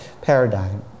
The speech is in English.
paradigm